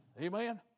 Amen